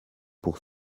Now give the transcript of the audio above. pour